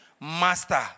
Master